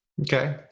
Okay